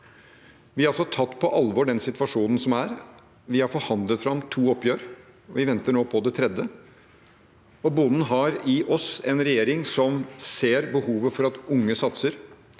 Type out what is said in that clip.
Vi har tatt situasjonen på alvor, og vi har forhandlet fram to oppgjør. Vi venter nå på det tredje. Bonden har i oss en regjering som ser behovet for at unge satser,